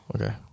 Okay